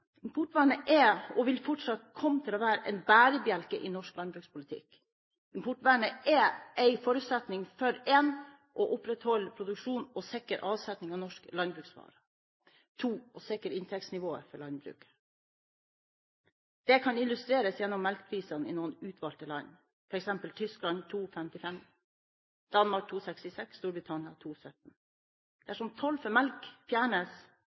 Importvernet er, og vil fortsatt komme til å være, en bærebjelke i norsk landbrukspolitikk. Importvernet er en forutsetning for å opprettholde produksjonen og sikre avsetningen av norske landbruksvarer å sikre inntektsnivået for landbruket Det kan illustreres gjennom melkeprisene i noen utvalgte land, f.eks. Tyskland kr 2,55 per kg, Danmark kr 2,66 per kg, Storbritannia kr 2,17 per kg. Dersom toll på melk fjernes,